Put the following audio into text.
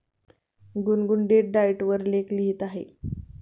गुनगुन date diet वर लेख लिहित आहे